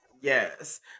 Yes